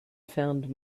found